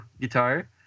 guitar